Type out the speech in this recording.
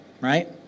Right